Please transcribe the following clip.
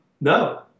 No